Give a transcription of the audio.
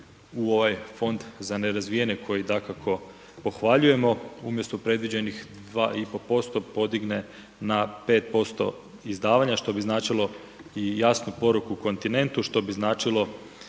u ovaj fond za nerazvijene koji dakako pohvaljujemo, umjesto predviđenih 2,5% izdavanja što bi značilo i jasnu poruku kontinentu, što bi značilo